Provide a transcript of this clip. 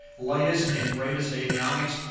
latest and greatest avionics.